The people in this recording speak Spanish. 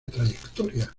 trayectoria